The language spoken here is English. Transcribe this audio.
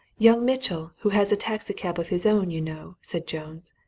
young mitchell, who has a taxi-cab of his own, you know said jones.